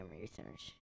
research